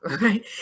right